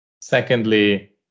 Secondly